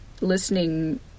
listening